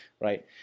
right